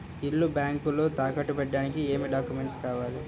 ఇల్లు బ్యాంకులో తాకట్టు పెట్టడానికి ఏమి డాక్యూమెంట్స్ కావాలి?